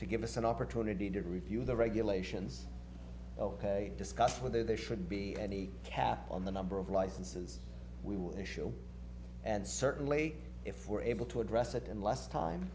to give us an opportunity to review the regulations ok discuss whether there should be any cap on the number of licenses we will issue and certainly if we're able to address it in less time